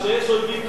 כשיש אויבים כמוך,